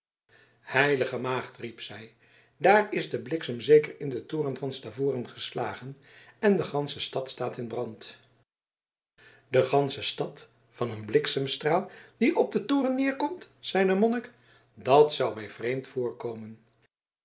heilige maagd riep zij daar is de bliksem zeker in den toren van stavoren geslagen en de gansche stad staat in brand de gansche stad van eenen bliksemstraal die op den toren neerkomt zeide de monnik dat zou mij vreemd voorkomen